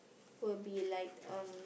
will be like um